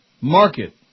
market